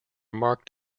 marked